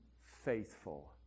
faithful